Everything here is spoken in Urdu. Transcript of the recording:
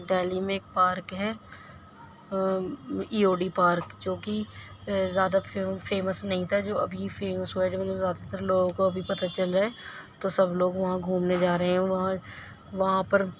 ڈہلی میں ایک پارک ہے ای او ڈی پارک جو کہ زیادہ فیم فیمس نہیں تھا جو ابھی فیمس ہوا ہے جب ان میں زیادہ تر لوگوں کو ابھی پتہ چل رہا ہے تو سب لوگ وہاں گھومنے جا رہے ہیں وہاں وہاں پر